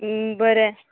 बरें